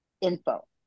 info